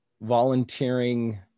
volunteering